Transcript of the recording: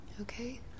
Okay